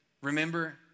Remember